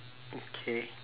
okay